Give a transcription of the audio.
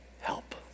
help